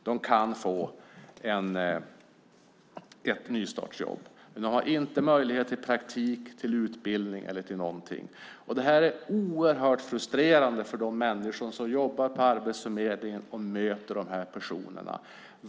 De kan få ett nystartsjobb. Men de har inte möjlighet till praktik, utbildning eller annat. Det här är oerhört frustrerande för de människor som jobbar på Arbetsförmedlingen och möter dessa personer.